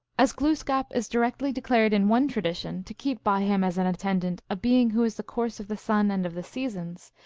as glooskap is directly declared in one tradition to keep by him as an attendant a being who is the course of the sun and of the seasons,